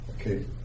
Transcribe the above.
Okay